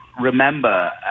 remember